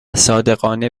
صادقانه